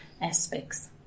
aspects